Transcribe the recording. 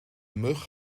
mug